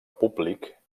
públic